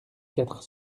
quatre